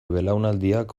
belaunaldiak